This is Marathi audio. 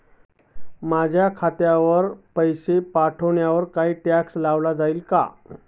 माझ्या खात्यातील पैसे पाठवण्यावर काही टॅक्स लावला जाईल का?